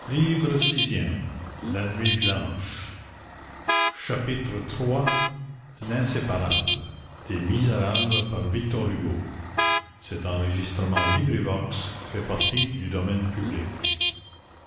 chapitre iii l'inséparable